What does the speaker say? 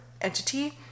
entity